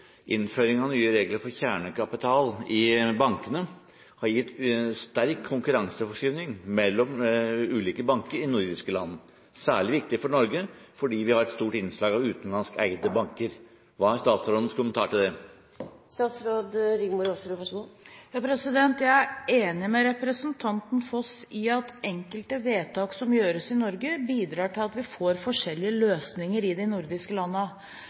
nye regler for kjernekapital i bankene har gitt sterk konkurranseforskyvning mellom ulike banker i nordiske land. Dette er særlig viktig for Norge, for vi har et stort innslag av utenlandskeide banker. Hva er statsrådens kommentar til det? Jeg er enig med representanten Foss i at enkelte vedtak som gjøres i Norge, bidrar til at vi får forskjellige løsninger i de nordiske